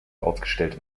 aufgestellt